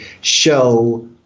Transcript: show